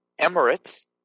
Emirates